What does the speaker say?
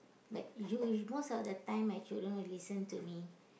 but you most of the time my children will listen to me